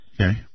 Okay